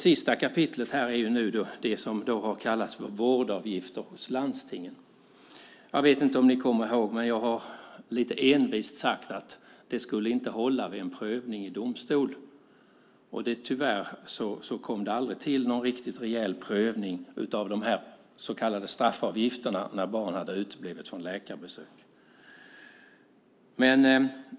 När det gäller vårdavgifter hos landstingen har jag lite envist sagt att det inte skulle hålla vid en prövning i domstol. Tyvärr blev det aldrig någon riktig prövning av de så kallade straffavgifterna när barn hade uteblivit från läkarbesök.